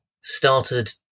started